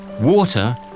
water